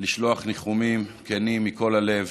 לשלוח ניחומים כנים מכל הלב